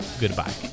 goodbye